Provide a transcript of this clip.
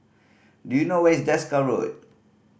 do you know where is Desker Road